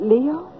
Leo